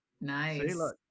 Nice